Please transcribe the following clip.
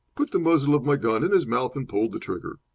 put the muzzle of my gun in his mouth, and pulled the trigger.